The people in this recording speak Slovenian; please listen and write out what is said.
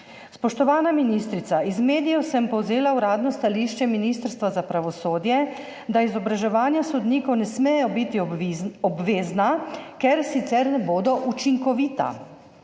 Spoštovana ministrica, iz medijev sem povzela uradno stališče Ministrstva za pravosodje, da izobraževanja sodnikov ne smejo biti obvezna, ker sicer ne bodo učinkovita.